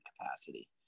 capacity